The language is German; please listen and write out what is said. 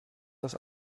das